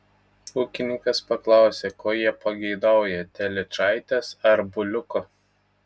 ūkininkas paklausė ko jie pageidaują telyčaitės ar buliuko